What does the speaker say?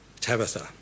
Tabitha